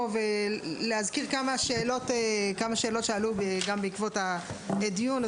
להזכיר כמה שאלות שעלו בעקבות הדיון.